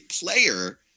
player